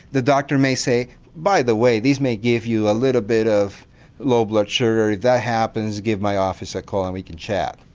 the doctor may say by the way these may give you a little bit of low blood sugar, if that happens give my office a call and we can chat.